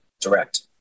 direct